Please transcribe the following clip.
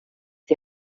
die